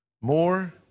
more